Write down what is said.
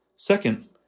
Second